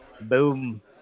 Boom